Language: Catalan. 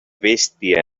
bèstia